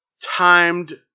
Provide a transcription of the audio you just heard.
timed